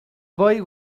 boy